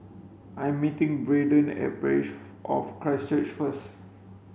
I meeting Braedon at Parish of Christ Church first